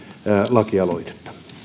lakialoitetta